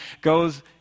goes